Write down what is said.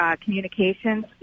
communications